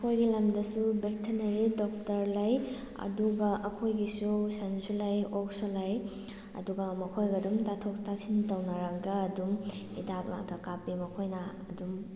ꯑꯩꯈꯣꯏꯒꯤ ꯂꯝꯗꯁꯨ veterinary doctor ꯂꯩ ꯑꯗꯨꯒ ꯑꯩꯈꯣꯏꯒꯤꯁꯨ ꯁꯟꯁꯨ ꯂꯩ ꯑꯣꯛꯁꯨ ꯂꯩ ꯑꯗꯨꯒ ꯃꯈꯣꯏꯒ ꯑꯗꯨꯝ ꯇꯥꯊꯣꯛ ꯇꯥꯁꯤꯟ ꯇꯧꯅꯔꯒ ꯑꯗꯨꯝ ꯍꯤꯗꯥꯛ ꯂꯥꯡꯊꯛ ꯀꯥꯞꯄꯤ ꯃꯈꯣꯏꯅ ꯑꯗꯨꯝ